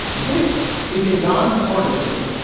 this is a nonpartisan.